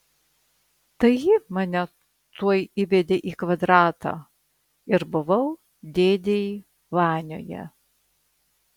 tai ji mane tuoj įvedė į kvadratą ir buvau dėdėj vanioje